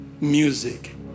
music